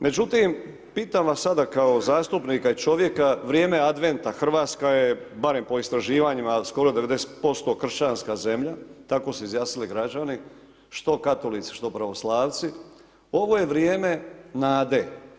Međutim, pitam vas sada kao zastupnika i čovjeka vrijeme adventa, Hrvatska je barem po istraživanjima skoro 90% kršćanska zemlja, tako se izjasnili građani, što katolici, što pravoslavci, ovo je vrijeme nade.